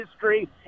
history